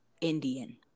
Indian